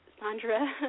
Sandra